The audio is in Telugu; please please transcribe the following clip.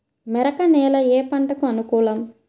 మెరక నేల ఏ పంటకు అనుకూలం?